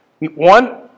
one